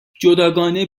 جداگانه